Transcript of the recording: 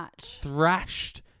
thrashed